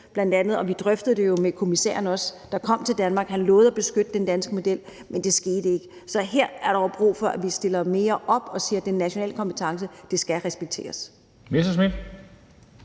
mindstelønsområdet, og vi drøftede det jo med kommissæren, der kom til Danmark, og han lovede at beskytte den danske model, men det skete ikke. Så her er der brug for, at vi stiller mere op og siger, at den nationale kompetence skal respekteres.